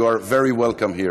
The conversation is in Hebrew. You are very welcome here.